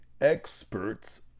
experts